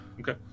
Okay